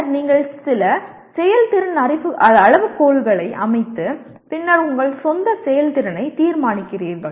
பின்னர் நீங்கள் சில செயல்திறன் அளவுகோல்களை அமைத்து பின்னர் உங்கள் சொந்த செயல்திறனை தீர்மானிக்கிறீர்கள்